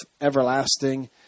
everlasting